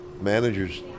managers